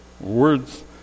Words